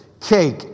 cake